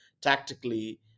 tactically